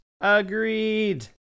agreed